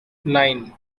nine